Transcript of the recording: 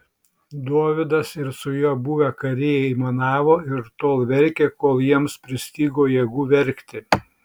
dovydas ir su juo buvę kariai aimanavo ir tol verkė kol jiems pristigo jėgų verkti